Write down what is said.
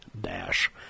dash